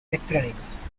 electrónicos